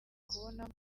kubonamo